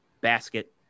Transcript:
basket